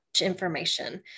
Information